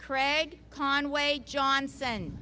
craig conway johnson